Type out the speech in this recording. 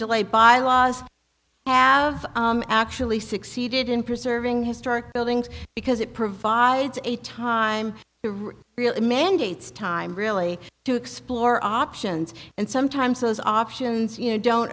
delayed by laws have actually succeeded in preserving historic buildings because it provides a time really mandates time really to explore options and sometimes those options you know don't